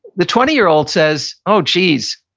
the twenty year old says, oh geez,